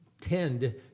tend